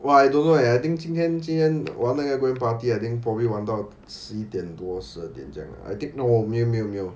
!wah! I don't know I think 今天今天玩那个 gwen party I think probably 玩到十一点多十二点这样 no 我没有没有没有